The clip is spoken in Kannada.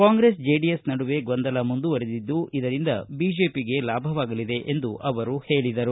ಕಾಂಗ್ರೆಸ್ ಜೆಡಿಎಸ್ ನಡುವೆ ಗೊಂದಲ ಮುಂದುವರಿದಿದ್ದು ಇದರಿಂದ ಬಿಜೆಪಿಗೆ ಲಾಭವಾಗಲಿದೆ ಎಂದು ಹೇಳಿದರು